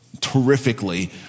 terrifically